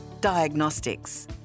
diagnostics